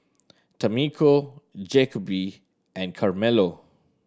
Tamiko Jacoby and Carmelo